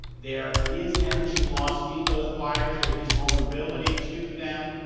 there is energy loss in those wires, there is vulnerability to them,